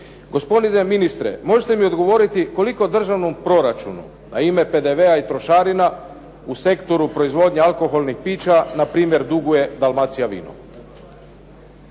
Gospodine ministre, možete li mi odgovoriti koliko u državnom proračunu na ime PDV-a i trošarina u sektoru proizvodnje alkoholnih pića npr. duguje "Dalmacija vino"?